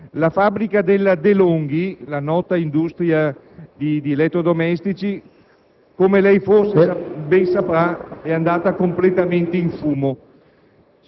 La fabbrica della De Longhi - la nota industria di elettrodomestici - come lei forse saprà, è andata completamente in fumo.